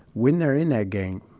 when they're in that game,